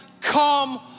come